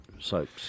soaps